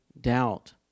doubt